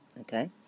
Okay